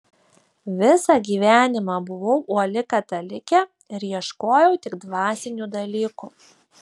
visą gyvenimą buvau uoli katalikė ir ieškojau tik dvasinių dalykų